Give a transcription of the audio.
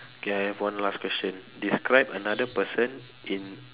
okay I have one last question describe another person in